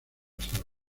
sala